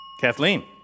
Kathleen